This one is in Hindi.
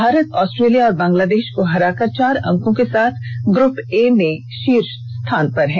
भारत अॉस्ट्रेलिया और बंगलादेश को हराकर चार अंकों के साथ ग्रप ए में शीर्ष स्थान पर है